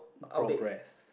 progress